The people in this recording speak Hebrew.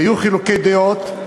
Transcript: והיו חילוקי דעות,